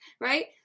right